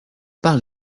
par